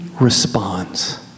responds